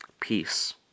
Peace